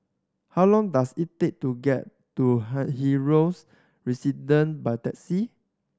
how long does it take to get to Helios Residence by taxi